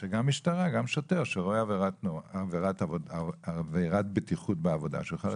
שגם שוטר שרואה עבירת בטיחות בעבודה יוכל לתת קנס.